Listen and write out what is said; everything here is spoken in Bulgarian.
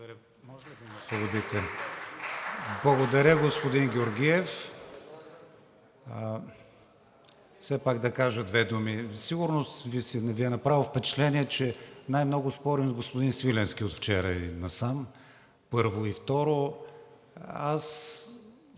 Благодаря, господин Георгиев. Все пак да кажа две думи. Сигурно Ви е направило впечатление, че най-много спорим с господин Свиленски от вчера и насам, първо. Второ,